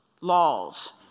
laws